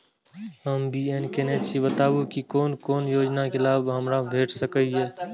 हम बी.ए केनै छी बताबु की कोन कोन योजना के लाभ हमरा भेट सकै ये?